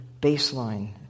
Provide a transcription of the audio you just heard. baseline